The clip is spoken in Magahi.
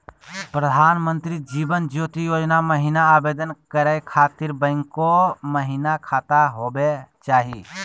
प्रधानमंत्री जीवन ज्योति योजना महिना आवेदन करै खातिर बैंको महिना खाता होवे चाही?